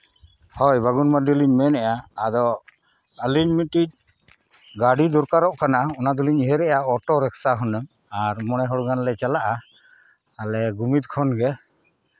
ᱦᱳᱭ ᱵᱟᱹᱵᱩᱱ ᱢᱟᱨᱰᱤ ᱞᱤᱧ ᱢᱮᱱᱮᱫᱼᱟ ᱟᱫᱚ ᱟᱹᱞᱤᱧ ᱢᱤᱫᱴᱤᱡ ᱜᱟᱹᱰᱤ ᱫᱚᱨᱠᱟᱨᱚᱜ ᱠᱟᱱᱟ ᱚᱱᱟ ᱫᱚᱞᱤᱧ ᱩᱭᱦᱟᱹᱨᱮᱫᱼᱟ ᱚᱴᱳ ᱨᱤᱠᱥᱟᱹ ᱦᱩᱱᱟᱹᱝ ᱟᱨ ᱢᱚᱬᱮ ᱦᱚᱲ ᱜᱟᱱᱞᱮ ᱪᱟᱞᱟᱜᱼᱟ ᱟᱞᱮ ᱜᱳᱢᱤᱫ ᱠᱷᱚᱱᱜᱮ